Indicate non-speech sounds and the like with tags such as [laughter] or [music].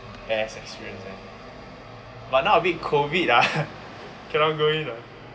best experiences but now a bit COVID ah [laughs] cannot go in [what]